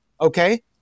okay